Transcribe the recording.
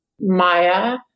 Maya